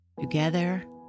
Together